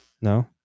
No